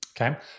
Okay